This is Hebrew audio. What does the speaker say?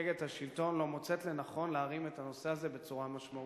שמפלגת השלטון לא מוצאת לנכון להרים את הנושא הזה בצורה משמעותית,